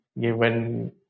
given